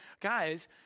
Guys